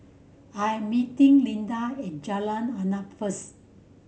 I'm meeting Linda at Jalan Arnap first